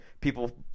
people